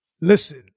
listen